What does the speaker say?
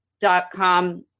Dot-com